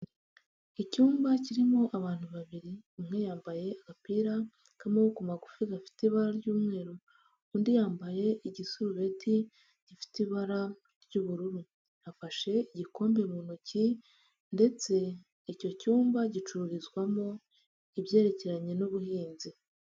Icyumba kirimo abantu babiri, umwe yambaye agapira k'amaboko magufi gafite ibara ry'umweru, undi yambaye igisurubeti gifite ibara ry'ubururu. Afashe igikombe mu ntoki ndetse icyo cyumba gicururizwamo ibyerekeranye n'ubuhinzi.